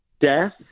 Death